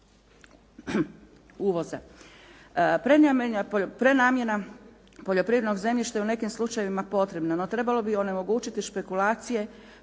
uvoza. Prenamjena poljoprivrednog zemljišta je u nekim slučajevima potrebna, no trebalo bi onemogućiti špekulacije